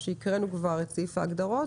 קראנו את סעיף ההגדרות,